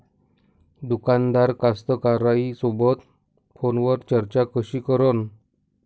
दुकानदार कास्तकाराइसोबत फोनवर चर्चा कशी करन?